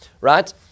right